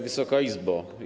Wysoka Izbo!